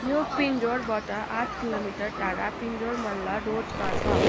यो पिन्जोरबाट आठ किलोमिटर टाढा पिन्जोर मल्ल रोडमा छ